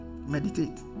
meditate